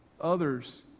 others